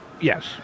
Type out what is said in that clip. Yes